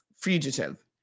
fugitive